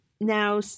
now